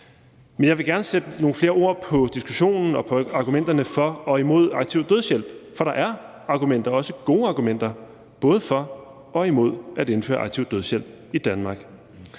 jeg vil gerne sætte nogle flere ord på diskussionen og på argumenterne for og imod aktiv dødshjælp, for der er argumenter, også gode argumenter, både for og imod at indføre aktiv dødshjælp i Danmark.